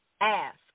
ask